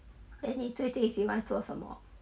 then 你最近喜欢做什么